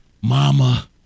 mama